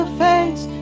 face